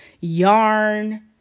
yarn